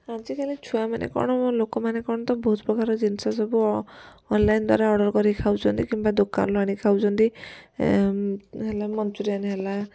ଆଜିକାଲି ଛୁଆମାନେ କ'ଣ ଲୋକମାନେ କ'ଣ ତ ବହୁତ ପ୍ରକାରର ଜିନିଷ ସବୁ ଅ ଅନଲାଇନ ଦ୍ୱାରା ଅର୍ଡ଼ର କରି ଖାଉଛନ୍ତି କିମ୍ବା ଦୋକାନରୁ ଆଣି ଖାଉଛନ୍ତି ହେଲା ମନଚୁରିଆନ ହେଲା